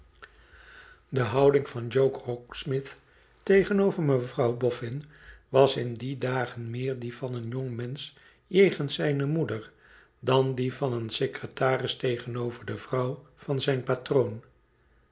de houding van john rokesmith tegenover mevrouw boffin was in die dagen meer die van een jongmensch jegens zijne moeder dan die van een secretaris tegenover de vrouw van zijn patroon